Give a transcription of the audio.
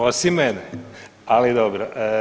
Osim mene, ali dobro.